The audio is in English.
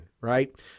Right